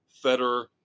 Federer